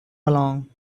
along